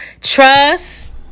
Trust